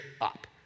up